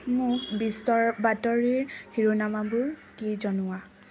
মোক বিশ্বৰ বাতৰিৰ শিৰোনামাবোৰ কি জনোৱা